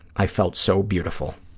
i felt so beautiful.